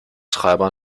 treiber